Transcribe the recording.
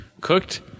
Cooked